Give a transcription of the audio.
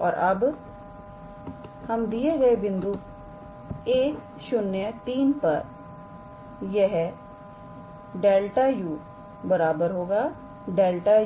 और अब दिए गए बिंदु 103 पर यह ∇⃗ 𝑢 ∇⃗ 𝑢𝑃 0𝑖̂ 3 2